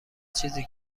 چیزی